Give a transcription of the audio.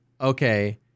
Okay